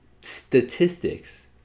statistics